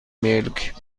ملک